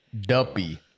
Dumpy